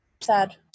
sad